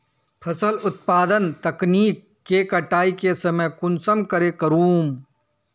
फसल उत्पादन तकनीक के कटाई के समय कुंसम करे करूम?